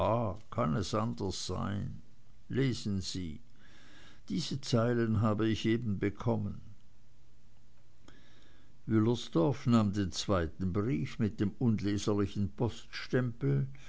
kann es anders sein lesen sie diese zeilen habe ich eben bekommen wüllersdorf nahm den zweiten brief mit dem unleserlichen poststempel